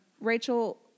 Rachel